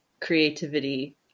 creativity